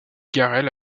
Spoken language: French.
garrel